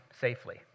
safely